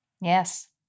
Yes